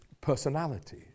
personality